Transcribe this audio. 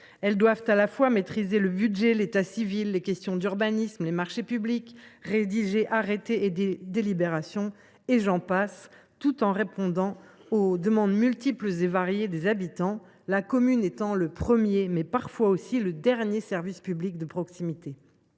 Elles doivent à la fois maîtriser le budget, l’état civil, les questions d’urbanisme, les marchés publics, rédiger arrêtés et délibérations, et j’en passe, tout en répondant aux demandes multiples et variées des habitants, la commune étant le premier, mais parfois aussi le dernier service public de proximité.